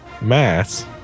mass